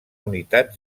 unitat